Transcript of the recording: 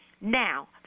Now